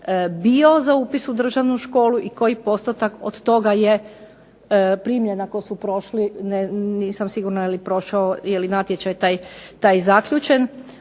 bio za upis u državnu školu i koji postotak od toga je primljen ako su prošli. Nisam sigurna je li natječaj taj zaključen,